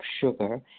sugar